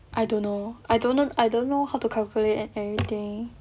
I don't know I don't I don't know how to calculate and everything